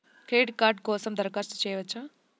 Credit card కోసం దరఖాస్తు చేయవచ్చా?